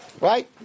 right